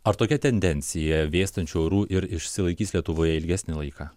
ar tokia tendencija vėstančių orų ir išsilaikys lietuvoje ilgesnį laiką